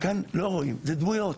כאן לא רואים זה דמויות.